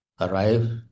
arrive